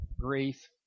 grief